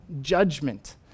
judgment